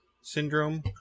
syndrome